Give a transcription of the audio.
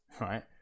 right